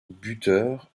buteur